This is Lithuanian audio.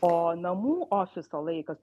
o namų ofiso laikas